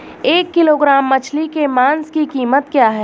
एक किलोग्राम मछली के मांस की कीमत क्या है?